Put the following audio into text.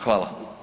Hvala.